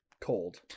cold